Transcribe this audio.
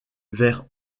vers